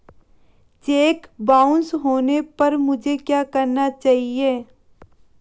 Check bounce होने पर मुझे क्या करना चाहिए?